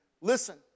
Listen